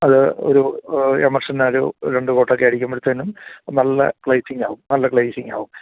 അത് ഒരു എമർഷൻആല് രണ്ട് കോട്ടൊക്കെ അടിക്കുമ്പോഴ്ത്തേനും നല്ല ഗ്ളൈസിങ് ആകും നല്ല ഗ്ളൈസിങ് ആകും